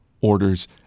orders